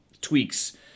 tweaks